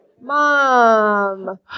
Mom